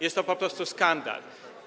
Jest to po prostu skandal.